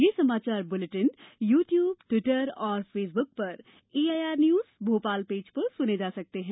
ये समाचार bulletin YouTube Twitter और फेसबुक पर एआईआर न्यूज भोपाल पेज पर सुने जा सकते हैं